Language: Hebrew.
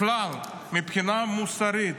בכלל, מבחינה מוסרית,